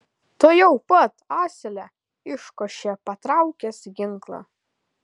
tuojau pat asile iškošė patraukęs ginklą